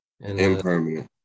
Impermanent